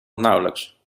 nauwelijks